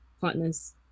partners